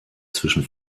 zwischen